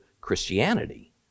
Christianity